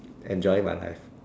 enjoying my life